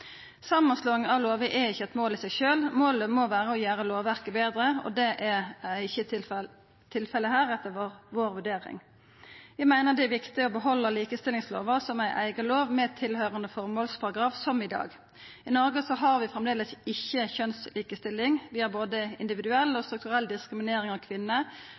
Samanslåing av lover er ikkje eit mål i seg sjølv. Målet må vera å gjera lovverket betre, og det er ikkje tilfellet her, etter vår vurdering. Vi meiner det er viktig å behalda likestillingslova som ei eiga lov med tilhøyrande føremålsparagraf, som i dag. I Noreg har vi framleis ikkje kjønnslikestilling. Vi har både individuell og strukturell diskriminering av kvinner.